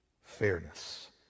Fairness